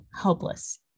helpless